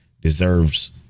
deserves